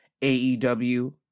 AEW